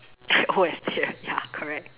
old estate ah ya correct